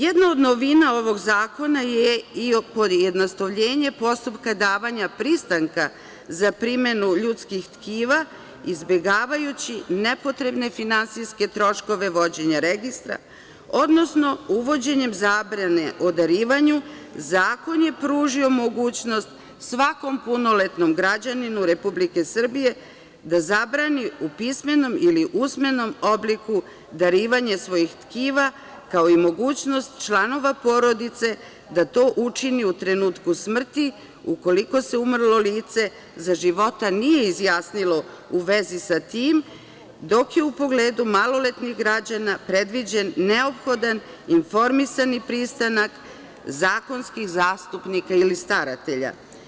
Jedna od novina ovog zakona je pojednostavljenje postupka davanja pristanka za primenu ljudskih tkiva, izbegavajući nepotrebne finansijske troškove vođenja registra, odnosno uvođenjem zabrane o darivanju, zakon je pružio mogućnost svakom punoletnom građaninu Republike Srbije da zabrani u pismenom ili usmenom obliku darivanje svojih tkiva, kao i mogućnost članova porodice da to učini u trenutku smrti, ukoliko se umrlo lice za života nije izjasnilo u vezi sa tim, dok je u pogledu maloletnih građana predviđen neophodan informisani pristanak zakonskih zastupnika ili staratelja.